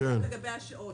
עכשיו לגבי השעות,